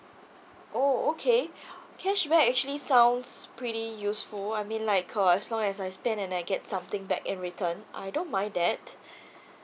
oh okay cashback actually sounds pretty useful I mean like uh as long as I spend and I get something back in return I don't mind that